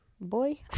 Boy